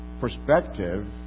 Perspective